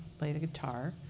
play the guitar.